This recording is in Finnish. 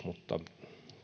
mutta